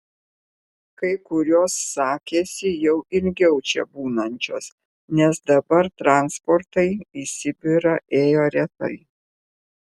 kai kurios sakėsi jau ilgiau čia būnančios nes dabar transportai į sibirą ėjo retai